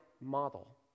model